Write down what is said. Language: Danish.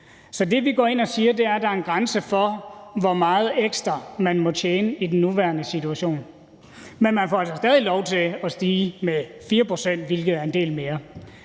Så det, vi går ind og siger, er, at der er en grænse for, hvor meget ekstra man må tjene i den nuværende situation, men man får altså stadig lov til at lade den stige med 4 pct., hvilket er en del mere.